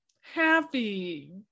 happy